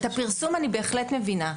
את הפרסום אני בהחלט מבינה.